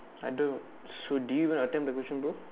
I don't so did you even attempt the question bro